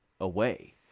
away